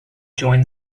join